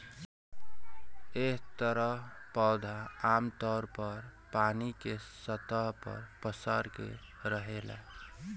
एह तरह पौधा आमतौर पर पानी के सतह पर पसर के रहेला